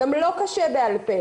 גם לו קשה בעל פה,